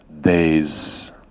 days